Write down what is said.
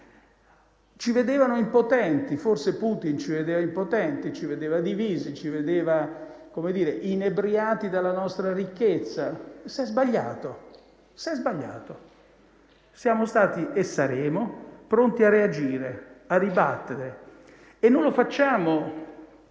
Ci vedevano impotenti, forse Putin ci vedeva impotenti, ci vedeva divisi, ci vedeva inebriati dalla nostra ricchezza, ma si è sbagliato: siamo stati e saremo pronti a reagire, a ribattere e non lo facciamo